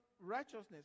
righteousness